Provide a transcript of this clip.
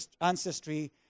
ancestry